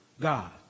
God